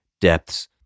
depths